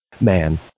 man